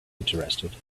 interested